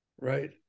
right